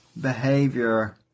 behavior